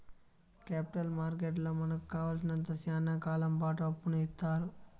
capital మార్కెట్లో మనకు కావాలసినంత శ్యానా కాలంపాటు అప్పును ఇత్తారు